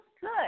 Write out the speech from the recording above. good